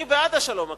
אני בעד השלום הכלכלי.